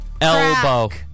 Elbow